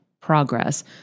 progress